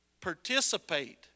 participate